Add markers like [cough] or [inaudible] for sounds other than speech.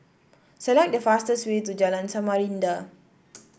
select the fastest way to Jalan Samarinda [noise]